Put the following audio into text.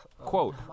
Quote